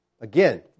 Again